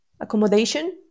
accommodation